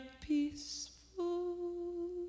peaceful